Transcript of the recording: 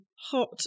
hot